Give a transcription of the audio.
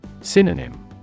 Synonym